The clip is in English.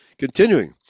Continuing